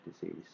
disease